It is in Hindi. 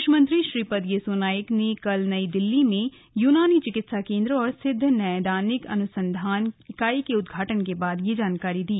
आयुष मंत्री श्रीपद येसो नाइक ने कल नई दिल्ली में यूनानी चिकित्सा केन्द्र और सिद्ध नैदानिक अनुसंधान इकाई के उद्घाटन के बाद यह जानकारी दी